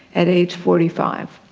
at age forty five.